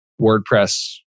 WordPress